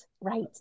right